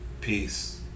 Peace